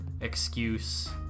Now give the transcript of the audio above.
excuse